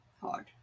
hard